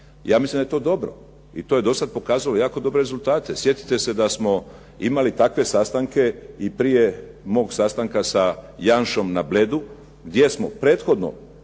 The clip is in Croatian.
Ja mislim da je to dobro i to je do sada pokazalo jako dobre rezultate. Sjetite se da smo imali takve sastanke i prije mog sastanka sa Janšom na Bledu, gdje smo prethodno